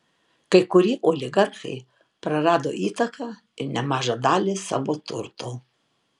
kai kurie oligarchai prarado įtaką ir nemažą dalį savo turto